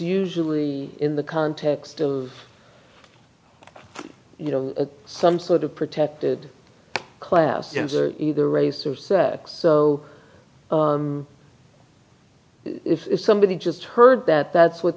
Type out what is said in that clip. usually in the context of you know some sort of protected class either race or sex so if somebody just heard that that's what